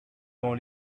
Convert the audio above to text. dans